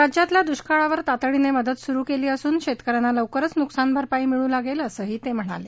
राज्यातल्या दुष्काळावर तातडीने मदत सुरु केली असून शेतक यांना लवकरच नुकसान भरपाई मिळू लागेल असंही ते म्हणाले